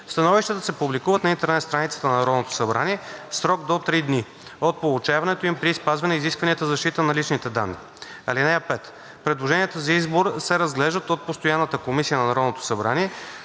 Становищата се публикуват на интернет страницата на Народното събрание в срок до три дни от получаването им при спазване изискванията за защита на личните данни. (5) Предложенията за избор се разглеждат от постоянна комисия на Народното събрание,